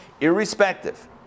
Irrespective